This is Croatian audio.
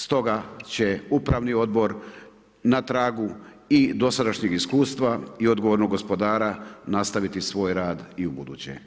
Stoga će upravni odbor na tragu i dosadašnjeg iskustva i odgovornog gospodara nastaviti svoj rad i ubuduće.